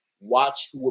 Watch